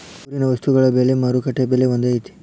ಊರಿನ ವಸ್ತುಗಳ ಬೆಲೆ ಮಾರುಕಟ್ಟೆ ಬೆಲೆ ಒಂದ್ ಐತಿ?